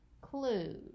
clues